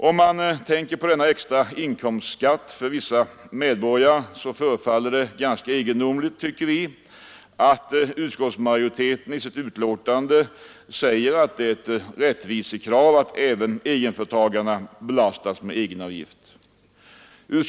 Om man tänker på denna extra inkomstskatt för vissa medborgare förefaller det ganska egendomligt, tycker vi, att utskottsmajoriteten i betänkandet säger att det är ett rättvisekrav att även egenföretagare belastas med egenavgift.